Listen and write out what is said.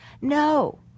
No